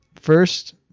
first